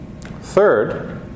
Third